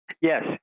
Yes